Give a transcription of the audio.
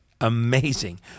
amazing